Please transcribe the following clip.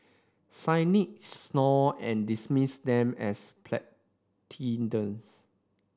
cynics snort and dismiss them as platitudes